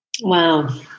Wow